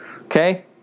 Okay